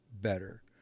better